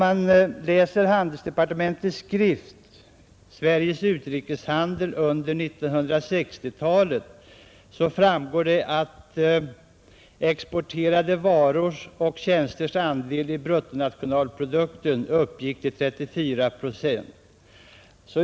Av handelsdepartementets skrift Sveriges utrikeshandel under 1960 talet framgår att exporterade varors och tjänsters andel i bruttonationalprodukten uppgick till 34 procent.